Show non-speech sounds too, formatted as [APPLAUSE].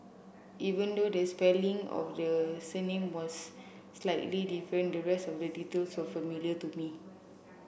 even though the spelling of the surname was slightly different the rest of the details [UNINTELLIGIBLE] familiar to me